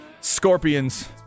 Scorpions